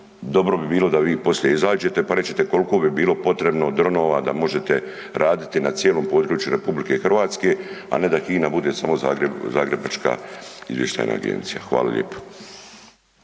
dobro bi bilo da vi poslije izađete pa rečete koliko bi bilo potrebno dronova da možete raditi na cijelom području RH, a ne da HINA bude samo zagrebačka izvještajna agencija. Hvala lijepo.